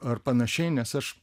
ar panašiai nes aš